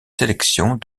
sélections